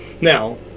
Now